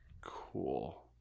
Cool